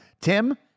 Tim